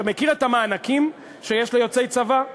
אתה מכיר את המענקים שיש ליוצאי צבא?